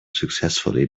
successfully